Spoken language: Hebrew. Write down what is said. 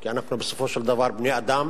כי אנחנו בסופו של דבר בני-אדם.